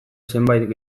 zenbait